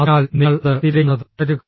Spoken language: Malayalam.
അതിനാൽ നിങ്ങൾ അത് തിരയുന്നത് തുടരുക